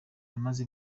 namaze